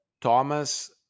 Thomas